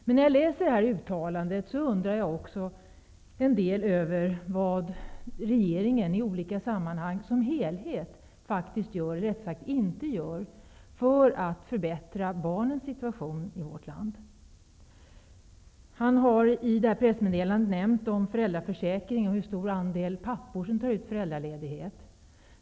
Men när jag läser det här uttalandet undrar jag också en del över vad regeringen som helhet faktiskt gör, eller rättare sagt inte gör i olika sammanhang för att förbättra barnens situation i vårt land. Bengt Westerberg har i pressmeddelandet nämnt föräldraförsäkringen och hur stor andel pappor som tar ut föräldraledighet.